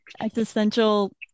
existential